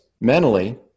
mentally